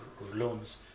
loans